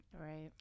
right